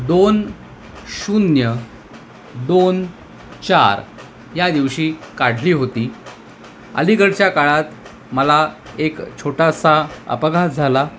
दोन शून्य दोन चार या दिवशी काढली होती अलिकडच्या काळात मला एक छोटासा अपघात झाला